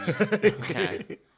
Okay